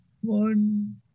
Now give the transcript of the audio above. One